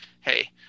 hey